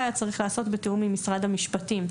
היה צריך להיעשות בתיאום עם משרד המשפטים.